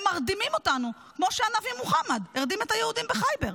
הם מרדימים אותנו כמו שהנביא מוחמד הרדים את היהודים בח'יבר,